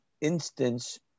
instance